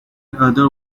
other